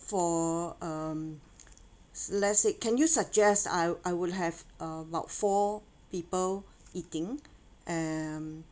for um let's say can you suggest I'll I will have about four people eating um